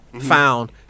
found